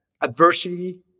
adversity